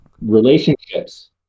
Relationships